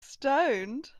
stoned